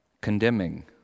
condemning